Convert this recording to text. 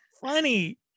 funny